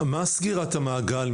מה סגירת המעגל,